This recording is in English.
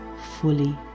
fully